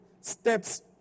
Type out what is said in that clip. Steps